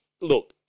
Look